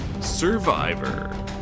Survivor